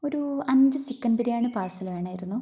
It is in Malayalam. ഒരു അഞ്ച് ചിക്കൻ ബിരിയാണി പാർസൽ വേണമായിരുന്നു